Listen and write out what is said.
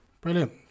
Brilliant